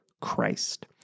Christ